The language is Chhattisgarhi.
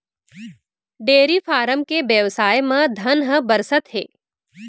डेयरी फारम के बेवसाय म धन ह बरसत हे